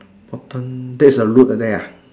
bottom there's a road there ah